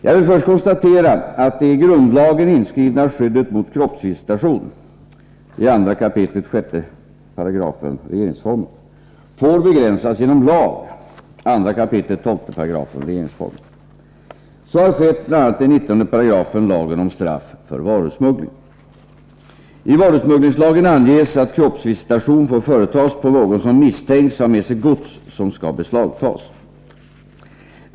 Jag vill först konstatera att det i grundlagen inskrivna skyddet mot Om tullens kroppskroppsvisitation får begränsas genom lag . Så har skett bl.a. i 19 § lagen om straff för karesenärer I varusmugglingslagen anges att kroppsvisitation får företas på någon som misstänks ha med sig gods som skall beslagtas.